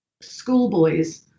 schoolboys